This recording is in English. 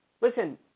listen